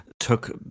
took